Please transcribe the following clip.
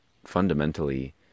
Fundamentally